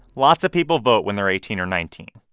lots of people vote when they're eighteen or nineteen.